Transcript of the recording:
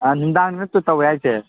ꯑꯥ ꯅꯨꯡꯗꯥꯡꯗ ꯅꯠ꯭ꯔꯣ ꯇꯧꯋꯦ ꯍꯥꯏꯁꯦ